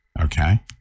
okay